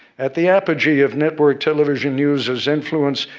at the apogee of network television news as influence,